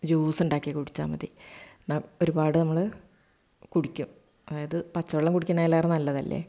juice ഉണ്ടാക്കി കുടിച്ചാൽ മതി അത് ഒരുപാട് നമ്മള് കുടിക്കും അതായത് പച്ചവെള്ളം കുടിക്കുന്നതിനേക്കാൾ നല്ലതല്ലേ